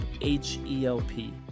H-E-L-P